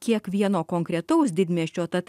kiekvieno konkretaus didmiesčio tad